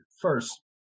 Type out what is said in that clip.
first